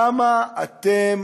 כמה אתם,